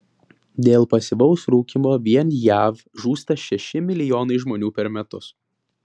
dėl pasyvaus rūkymo vien jav žūsta šeši milijonai žmonių per metus